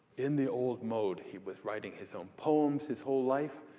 in the old mode. he was writing his own poems his whole life.